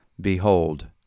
BEHOLD